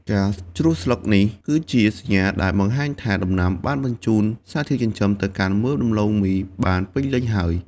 ការជ្រុះស្លឹកនេះគឺជាសញ្ញាដែលបង្ហាញថាដំណាំបានបញ្ជូនសារធាតុចិញ្ចឹមទៅកាន់មើមដំឡូងមីបានពេញលេញហើយ។